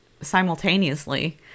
simultaneously